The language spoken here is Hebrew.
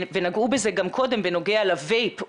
נגעו בזה גם קודם בנוגע לווייפ,